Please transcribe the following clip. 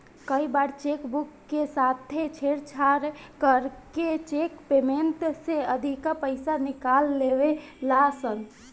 कई बार cheque book के साथे छेड़छाड़ करके चेक पेमेंट से अधिका पईसा निकाल लेवे ला सन